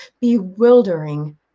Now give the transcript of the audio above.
bewildering